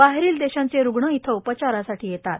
बाहेरील देशांचे रुग्ण इथं उपचारासाठी येतात